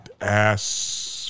ass